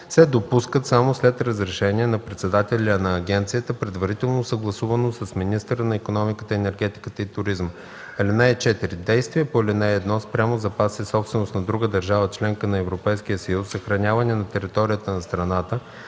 се допускат само след разрешение на председателя на агенцията, предварително съгласувано с министъра на икономиката, енергетиката и туризма. (4) Действия по ал. 1 спрямо запаси, собственост на друга държава – членка на Европейския съюз, съхранявани на територията на страната,